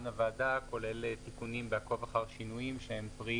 הוועדה כולל תיקונים ב-"עקוב אחר שינויים" שהם פרי